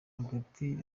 hagati